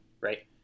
right